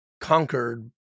conquered